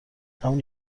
همونی